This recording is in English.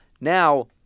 Now